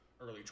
early